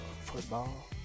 football